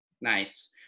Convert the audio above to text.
Nice